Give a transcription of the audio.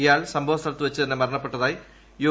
ഇയാൾ സംഭവസ്ഥവത്ത് വച്ച് തന്നെ മരണപ്പെട്ടതായി യു